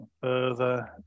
further